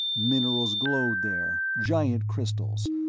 minerals glowed there, giant crystals,